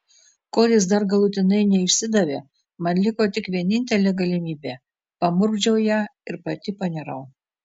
kol jis dar galutinai neišsidavė man liko tik vienintelė galimybė pamurkdžiau ją ir pati panirau